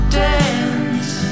dance